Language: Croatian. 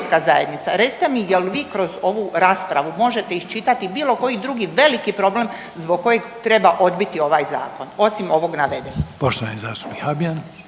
Poštovani zastupnik Habijan.